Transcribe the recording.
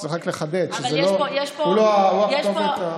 צריך רק לחדד שהוא לא הכתובת,